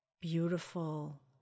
beautiful